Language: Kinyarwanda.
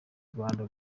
rwanda